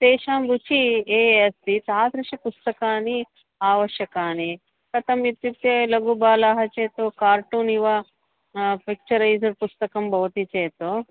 तेषां रुचिः ए अस्ति तादृशानि पुस्तकानि आवश्यकानि कथम् इत्युक्ते लघुबालाः चेत् कार्टून् इव पिक्चरैसर् पुस्तकं भवति चेत्